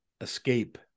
escape